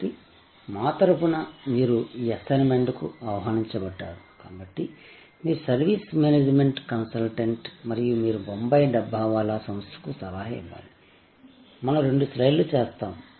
కాబట్టి మా తరపున మీరు ఈ అసైన్మెంట్కి ఆహ్వానించబడ్డారు కాబట్టి మీరు సర్వీస్ మేనేజ్మెంట్ కన్సల్టెంట్ మరియు మీరు బొంబాయి డబ్బావాలా సంస్థకు సలహా ఇవ్వాలి మనం రెండు స్లైడ్లు చేస్తాము